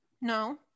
No